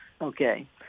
Okay